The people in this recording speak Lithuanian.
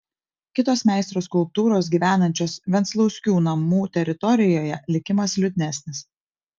kitos meistro skulptūros gyvenančios venclauskių namų teritorijoje likimas liūdnesnis